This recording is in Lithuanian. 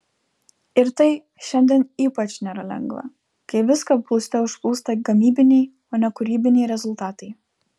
ir tai šiandien ypač nėra lengva kai viską plūste užplūsta gamybiniai o ne kūrybiniai rezultatai